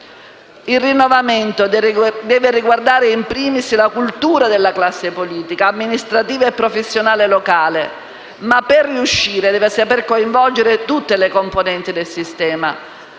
Il rinnovamento deve riguardare *in primis* la cultura della classe politica, amministrativa e professionale locale ma, per riuscire, deve saper coinvolgere tutte le componenti del sistema: